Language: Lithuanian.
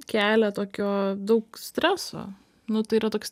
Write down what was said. kelia tokio daug streso nu tai yra toks